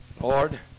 Lord